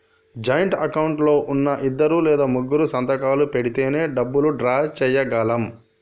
joint account లో ఉన్నా ఇద్దరు లేదా ముగ్గురూ సంతకాలు పెడితేనే డబ్బులు డ్రా చేయగలం